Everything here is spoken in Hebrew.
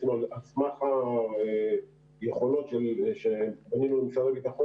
על סמך היכולות שבנינו עם משרד הביטחון